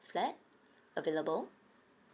flat available